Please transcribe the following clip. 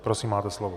Prosím, máte slovo.